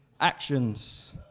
actions